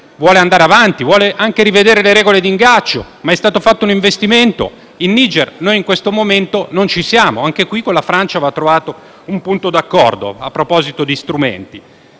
vuole andare avanti, vuole anche rivedere le regole di ingaggio, ma è stato fatto un investimento. In questo momento noi in Niger non ci siamo e anche in questo caso con la Francia va trovato un punto d'accordo, a proposito di strumenti.